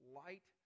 light